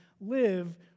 live